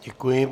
Děkuji.